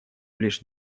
лишь